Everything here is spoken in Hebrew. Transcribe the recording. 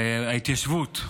החטיבה להתיישבות,